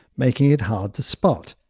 making it hard to spot.